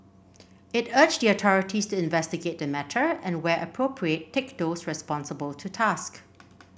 it urged the authorities to investigate the matter and where appropriate take those responsible to task